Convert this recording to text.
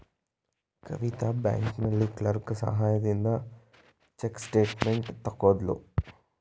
ಕವಿತಾ ಬ್ಯಾಂಕಿನಲ್ಲಿ ಕ್ಲರ್ಕ್ ಸಹಾಯದಿಂದ check statement ತಕ್ಕೊದ್ಳು